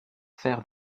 faire